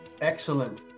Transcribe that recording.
Excellent